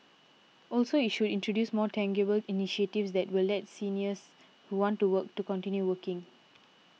also it should introduce more tangible initiatives that will let seniors who want to work to continue working